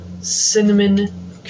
cinnamon